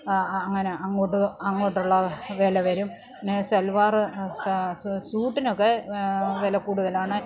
ആ അങ്ങനെ അങ്ങോട്ട് അങ്ങോട്ടുള്ള വില വരും പിന്നെ സൽവാറ് സൂട്ടിനൊക്കെ വില കൂടുതലാണ്